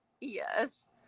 Yes